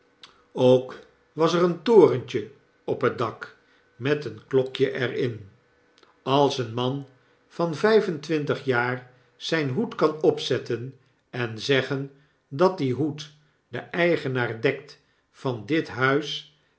ook was er een torentje op het dak met een klokje er in als een man van vyf en twintig jaar zjjn hoed kan opzetten en zeggen dat die hoed den eigenaar dekt van dit huis